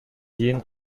кийин